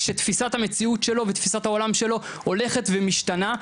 שתפיסת המציאות שלו ותפיסת העולם שלו הולכת ומשתנה,